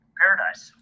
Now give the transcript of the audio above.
paradise